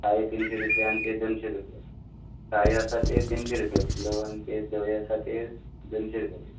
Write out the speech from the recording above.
काळ्यो तीनशें रुपयां आनी तें दोनशें रुपयां काळ्यो आसा त्यो तिनशें रुपयां येतल्यो आनी तें धव्यो आसा त्यो दोनशें रुपयाच्यो